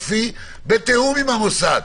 בתיאום עם המוסד.